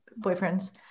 boyfriends